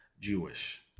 Jewish